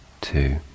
two